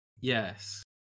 Yes